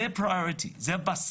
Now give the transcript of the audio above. זה הבסיס.